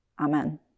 Amen